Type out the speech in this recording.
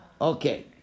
Okay